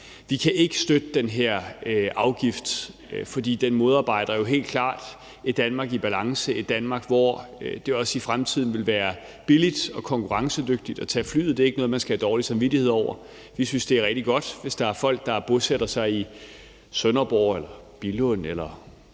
Vi kan ikke støtte den her afgift, fordi den jo helt klart modarbejder et Danmark i balance, et Danmark, hvor det også i fremtiden vil være billigt og konkurrencedygtigt at tage flyet, og hvor det ikke er noget, man skal have dårlig samvittighed over. Vi synes, det er rigtig godt, hvis der er folk, der bosætter sig i Sønderborg eller Billund eller